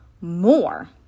more